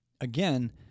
again